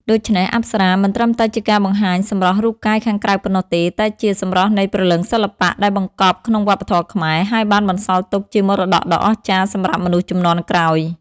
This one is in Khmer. ដូច្នេះ អប្សរាមិនត្រឹមតែជាការបង្ហាញសម្រស់រូបកាយខាងក្រៅប៉ុណ្ណោះទេ តែជា សម្រស់នៃព្រលឹងសិល្បៈ ដែលបង្កប់ក្នុងវប្បធម៌ខ្មែរ ហើយបានបន្សល់ទុកជាមរតកដ៏អស្ចារ្យសម្រាប់មនុស្សជំនាន់ក្រោយ។